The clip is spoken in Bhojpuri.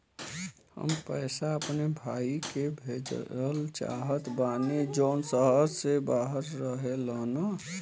हम पैसा अपने भाई के भेजल चाहत बानी जौन शहर से बाहर रहेलन